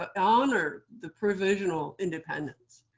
ah honor the provisional independence.